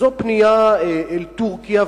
וזו פנייה לטורקיה,